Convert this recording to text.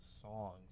songs